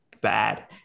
bad